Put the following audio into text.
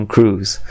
Cruise